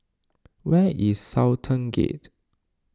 where is Sultan Gate